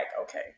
Okay